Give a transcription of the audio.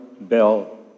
Bell